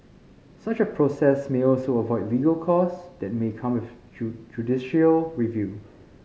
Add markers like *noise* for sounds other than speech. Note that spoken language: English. such a process may also avoid legal costs that may come with *unintelligible* judicial review